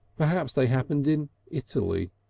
perhaps they happened in italy.